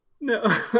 No